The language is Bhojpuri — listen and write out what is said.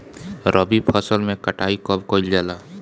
रबी फसल मे कटाई कब कइल जाला?